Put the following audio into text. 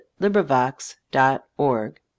LibriVox.org